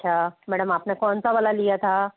अच्छा मैडम आपने कौन सा वाला लिया था